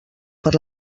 per